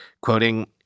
Quoting